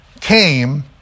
came